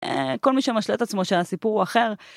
כל מי שמשלה את עצמו שהסיפור הוא אחר.